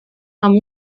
amb